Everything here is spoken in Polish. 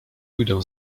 pójdę